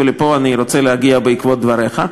ולפה אני רוצה להגיע בעקבות דבריך.